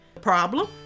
Problem